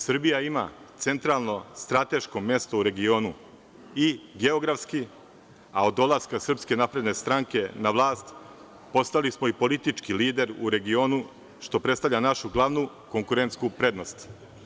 Srbija ima centralno strateško mesto u regionu i geografski, a od dolaska Srpske napredne stranke na vlast postali smo i politički lider u regionu, što predstavlja našu glavnu konkurentsku prednost.